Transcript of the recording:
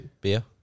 Beer